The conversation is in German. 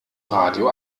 radio